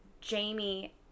Jamie